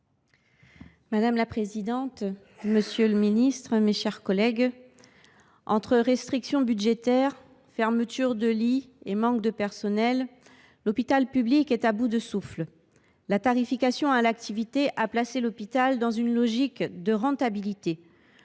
Madame la présidente, monsieur le ministre, mes chers collègues, entre restrictions budgétaires, fermetures de lits et manque de personnel, l’hôpital public est à bout de souffle. La tarification à l’activité l’a placé dans une logique de rentabilité.